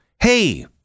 Hey